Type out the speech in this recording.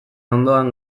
ondoan